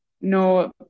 no